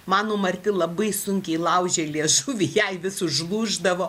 mano marti labai sunkiai laužė liežuvį jai vis užlūždavo